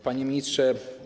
Panie Ministrze!